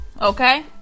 Okay